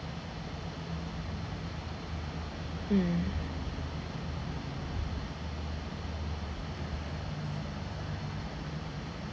mm